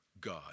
God